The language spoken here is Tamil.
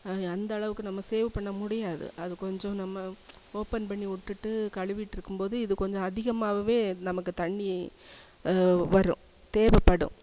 அந்த அளவுக்கு நம்ம சேவ் பண்ண முடியாது அது கொஞ்சம் நம்ம ஒப்பன் பண்ணி உட்டுட்டு கழுவிட்ருக்கும்போது இது கொஞ்சம் அதிகமாகவே நமக்கு தண்ணி வரும் தேவைப்படும்